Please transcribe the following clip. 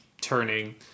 turning